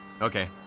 Okay